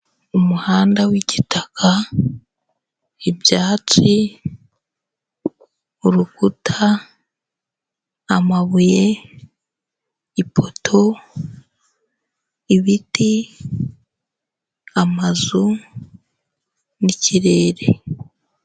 Umuhanda w'igitaka, ibyatsi, urukuta, amabuye, ipoto, ibiti, amazu n'ikirere.